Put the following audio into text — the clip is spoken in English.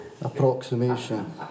approximation